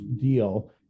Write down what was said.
deal